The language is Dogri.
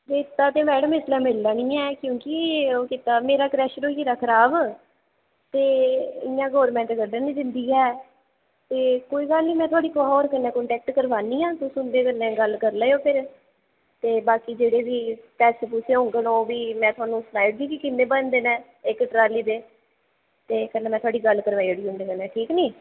रेता ते मैडम इसलै मिलना निं ऐ क्योंकि ओह् कीता मेरा क्रैशर होई गेदा खराब ते इ'यां गौरमेंट कड्ढन निं दिंदी ऐ ते कोई गल्ल निं में कुसै होर कन्नै तुंदा कंडक्ट करोआनी आं तुस उं'दे कन्नै गल्ल करी लैएओ फिर ते बाकी जेह्ड़े बी पैसे पुसै होङन ओह् फिर में तुसें गी सनाई देगी किन्ने बनदे न इक्क ट्राली दे ते कन्नै में थुआढ़ी गल्ल करवाई देगी उं'दे कन्नै ठीक ऐ निं